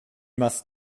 must